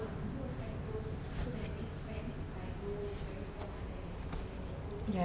ya